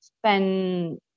spend